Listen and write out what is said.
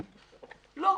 לא.